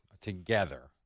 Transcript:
together